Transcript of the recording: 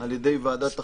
על ידי ועדת החוקה,